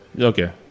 Okay